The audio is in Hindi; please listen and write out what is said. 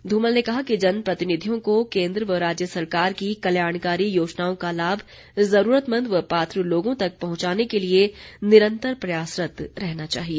ध्रमल ने कहा कि जनप्रतिनिधियों को केन्द्र व राज्य सरकार की कल्याणकारी योजनाओं का लाभ जरूरतमंद व पात्र लोगों तक पहुंचाने के लिए निरंतर प्रयासरत्त रहना चाहिए